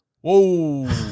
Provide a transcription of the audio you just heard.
Whoa